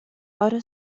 آره